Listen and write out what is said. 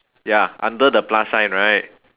ya under the plus sign right